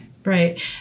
Right